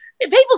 people